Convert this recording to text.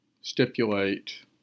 stipulate